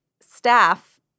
staff